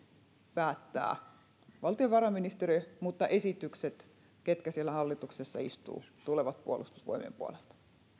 päättää valtiovarainministeriö mutta esitykset siitä ketkä siellä hallituksessa istuvat tulevat puolustusvoimien puolelta